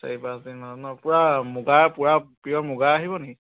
চাৰি পাঁচদিনৰ মানত ন পূৰা মুগা পূৰা প্ৰিয়োৰ মুগা আহিব নি